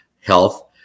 health